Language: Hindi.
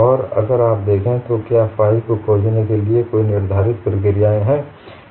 और अगर आप देखें तो क्या फाइ को खोजने के लिए कोई निर्धारित प्रक्रियाएं हैं